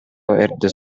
эрдэ